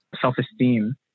self-esteem